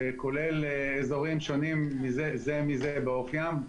שכולל אזורים שונים זה מזה באופיים,